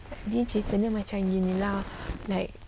dia cerita dia macam ni lah like